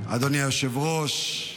אדוני היושב-ראש,